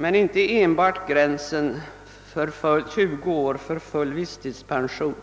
Men inte enbart gränsen 20 år för full visstidspension